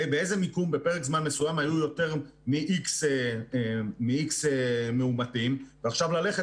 באיזה מיקום בפרק זמן מסוים היו יותר מ-X מאומתים ועכשיו ללכת